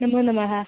नमो नमः